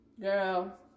Girl